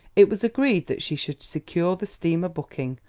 it was agreed that she should secure the steamer booking,